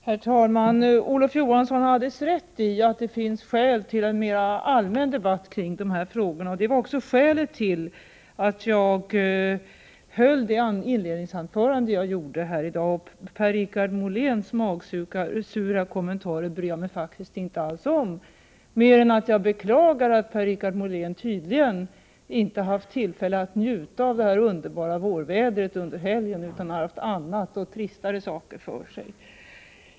Herr talman! Olof Johansson har alldeles rätt i att det finns skäl till en mer allmän debatt kring dessa frågor. Det var också skälet till att jag höll mitt inledningsanförande i dag. Per-Richard Moléns magsura kommentarer bryr jag mig faktiskt inte alls om mer än att jag beklagar att Per-Richard Molén tydligen inte haft tillfälle att njuta av det underbara vårvädret under helgen utan haft andra och tristare saker för sig.